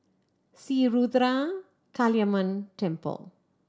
Sri Ruthra Kaliamman Temple